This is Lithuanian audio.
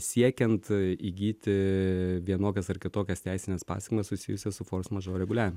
siekiant įgyti vienokias ar kitokias teisines pasekmes susijusias su fors mažor reguliavimu